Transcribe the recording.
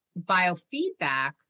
biofeedback